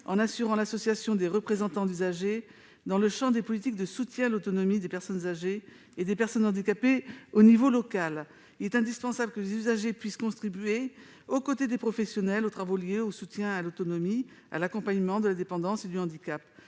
en assurant l'association des représentants d'usagers dans le champ des politiques de soutien à l'autonomie des personnes âgées et des personnes handicapées à l'échelon local. Il est indispensable que les usagers puissent contribuer aux côtés des professionnels aux travaux liés au soutien à l'autonomie, à l'accompagnement de la dépendance et du handicap.